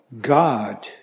God